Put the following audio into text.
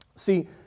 See